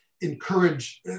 encourage